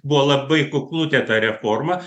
buvo labai kuklutė ta reforma